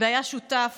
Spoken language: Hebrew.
והיה שותף